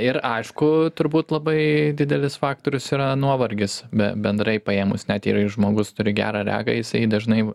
ir aišku turbūt labai didelis faktorius yra nuovargis be bendrai paėmus net jei ir žmogus turi gerą regą jisai dažnai